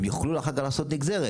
הם יוכלו אחר כך לעשות נגזרת.